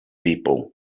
people